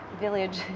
village